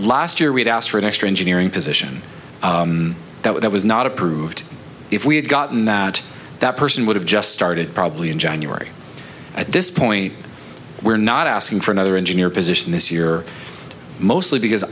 last year we'd asked for an extra engineering position that was not approved if we had gotten that that person would have just started probably in january at this point we're not asking for another engineer position this year mostly because